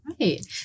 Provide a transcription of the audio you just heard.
Right